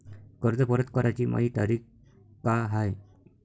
कर्ज परत कराची मायी तारीख का हाय?